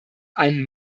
einen